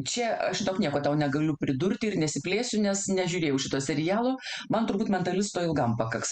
čia žinok nieko tau negaliu pridurti ir nesiplėsiu nes nežiūrėjau šito serialo man turbūt mentalisto ilgam pakaks